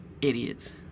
idiots